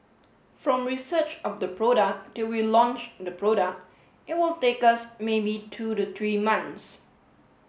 from research of the product till we launch the product it will take us maybe two the three months